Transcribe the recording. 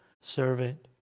servant